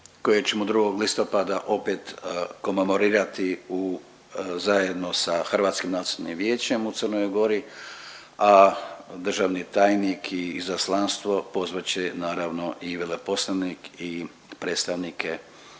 kojeg ćemo 2. listopada opet komemorirati u zajedno sa Hrvatskim nacionalnim vijećem u Crnoj Gori, a državni tajnik i izaslanstvo pozvat će naravno i veleposlanik i predstavnike